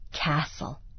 Castle